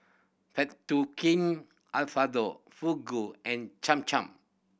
Fettuccine Alfredo Fugu and Cham Cham